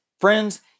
Friends